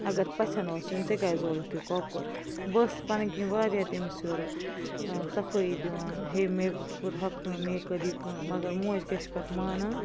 اگر پَژھیٚن اوس یُن ژےٚ کیازِ زولُتھ یہِ کۄکُر بہٕ أسٕس پنٕنی کِنۍ واریاہ تٔمِس یورٕ ٲں صفٲیی دِوان ہے میٚے کٔر ہۄ کٲم میٚے کٔر یہِ کٲم مگر موج کَتہِ چھِ پتہٕ مانان